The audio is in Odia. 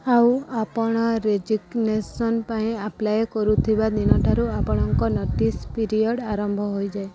ଆଉ ଆପଣ ରେଜିଗ୍ନେସନ୍ ପାଇଁ ଆପ୍ଲାଏ କରୁଥିବା ଦିନଠାରୁ ଆପଣଙ୍କ ନୋଟିସ୍ ପିରିୟଡ଼୍ ଆରମ୍ଭ ହେଇଯାଏ